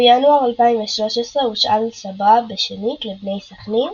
בינואר 2013 הושאל סבע בשנית לבני סכנין,